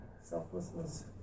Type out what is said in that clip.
selflessness